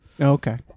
Okay